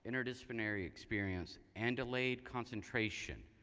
interdisciplinary experience, and delayed concentration.